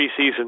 preseason